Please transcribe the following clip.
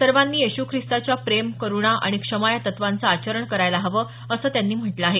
सर्वांनी येश् ख्रिस्तांच्या प्रेम करूणा आणि क्षमा या तत्वांचं आचरण करायला हवं असं त्यांनी म्हटलं आहे